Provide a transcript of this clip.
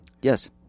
Yes